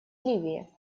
ливии